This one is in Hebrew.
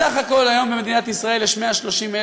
בסך הכול היום במדינת ישראל יש 130,000,